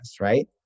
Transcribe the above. right